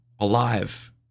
Alive